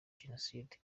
jenoside